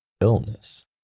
illness